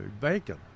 bacon